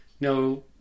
no